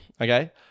okay